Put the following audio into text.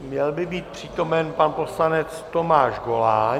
Měl by být přítomen pan poslanec Tomáš Goláň.